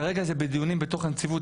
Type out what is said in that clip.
כרגע זה בדיונים בתוך הנציבות,